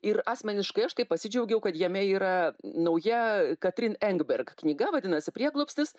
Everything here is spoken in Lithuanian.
ir asmeniškai aš tai pasidžiaugiau kad jame yra nauja katrin engberg knyga vadinasi prieglobstis